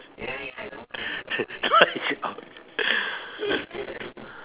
trishaw